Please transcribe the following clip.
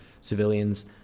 civilians